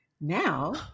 now